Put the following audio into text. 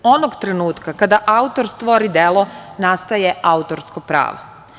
Onog trenutka kada autor stvori delo nastaje autorsko pravo.